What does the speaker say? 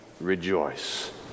rejoice